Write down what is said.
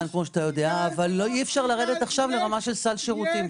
אבל אי אפשר לרדת לרמה של סל שירותים.